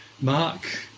mark